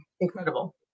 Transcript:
incredible